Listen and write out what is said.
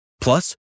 Plus